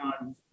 on